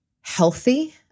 healthy